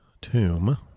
tomb